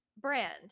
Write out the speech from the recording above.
brand